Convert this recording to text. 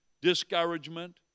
discouragement